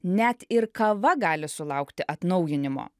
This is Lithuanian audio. net ir kava gali sulaukti atnaujinimo